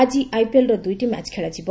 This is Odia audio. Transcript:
ଆକି ଆଇପିଏଲର ଦୁଇଟି ମ୍ୟାଚ ଖେଳାଯିବ